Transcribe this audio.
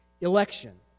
Election